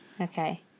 Okay